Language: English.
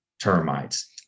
termites